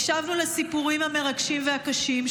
הקשבנו לסיפורים המרגשים והקשים,